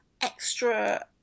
extra